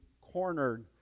cornered